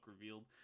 revealed